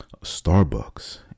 Starbucks